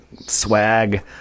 swag